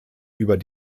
über